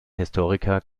historiker